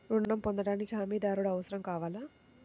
ఋణం పొందటానికి హమీదారుడు అవసరం కావాలా?